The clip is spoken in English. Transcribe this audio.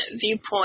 viewpoint